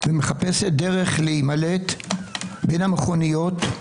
ומחפשת דרך להימלט בין המכוניות.